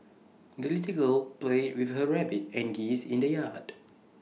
the little girl played with her rabbit and geesed in the yard